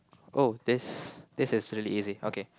oh this this is really easy okay